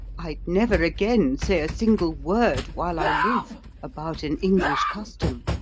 i'd never again say a single word while i live about an english custom!